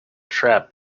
trap